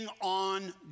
on